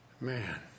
Man